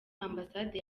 ambasade